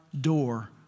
door